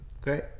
Great